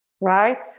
right